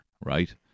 right